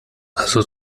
also